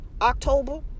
october